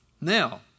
Now